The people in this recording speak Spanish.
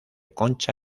concha